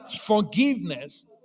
forgiveness